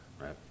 right